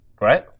Right